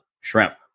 shrimp